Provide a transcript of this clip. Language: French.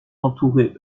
entourée